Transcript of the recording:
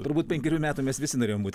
turbūt penkerių metų mes visi norėjom būt